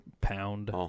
pound